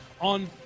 on